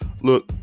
look